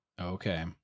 Okay